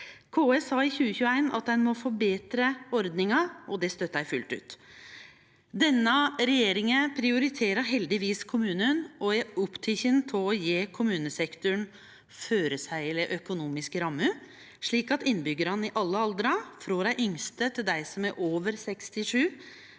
KS sa i 2021 at ein må forbetre ordninga, og det støttar eg fullt ut. Denne regjeringa prioriterer heldigvis kommunane og er oppteken av å gje kommunesektoren føreseielege økonomiske rammer, slik at innbyggjarane i alle aldrar, frå dei yngste til dei som er over 67